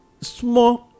small